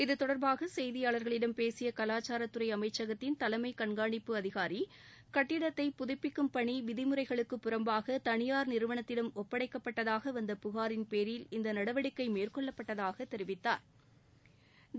இத்தொடர்பாக செய்தியாளர்களிடம் பேசிய கலாச்சாரத்துறை அமைச்சகத்தின் தலைமை கண்காணிப்பு அதிகாரி கட்டிடத்தை புதப்பிக்கும் பணியை விதிமுறைகளுக்கு புறம்பாக தனியாா் நிறுவனத்திடம் ஒப்படைக்கப்பட்டதாக வந்த புகாரின் பேரில் இந்த நடவடிக்கை மேற்கொள்ளப்பட்டதாக தெரிவித்தாா்